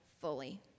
fully